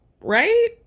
right